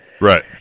Right